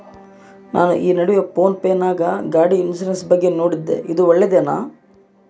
ನಾನು ಈ ನಡುವೆ ಫೋನ್ ಪೇ ನಾಗ ಗಾಡಿ ಇನ್ಸುರೆನ್ಸ್ ಬಗ್ಗೆ ನೋಡಿದ್ದೇ ಇದು ಒಳ್ಳೇದೇನಾ?